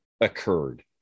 occurred